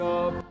up